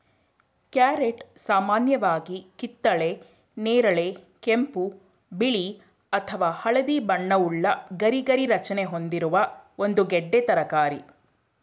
carrot ಸಾಮಾನ್ಯವಾಗಿ ಕಿತ್ತಳೆ ನೇರಳೆ ಕೆಂಪು ಬಿಳಿ ಅಥವಾ ಹಳದಿ ಬಣ್ಣವುಳ್ಳ ಗರಿಗರಿ ರಚನೆ ಹೊಂದಿರುವ ಒಂದು ಗೆಡ್ಡೆ ತರಕಾರಿ